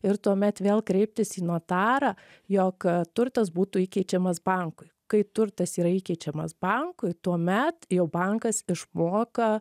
ir tuomet vėl kreiptis į notarą jog turtas būtų įkeičiamas bankui kai turtas yra įkeičiamas bankui tuomet jau bankas išmoka